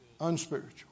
unspiritual